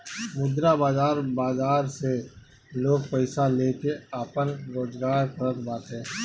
मुद्रा बाजार बाजार से लोग पईसा लेके आपन रोजगार करत बाटे